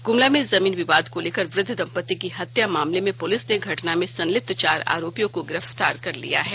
ग्मला में जमीन विवाद को लेकर वृद्ध दंपति की हत्या मामले में पुलिस ने घटना में संलिप्त चार आरोपितों को गिरफ्तार कर लिया है